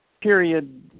period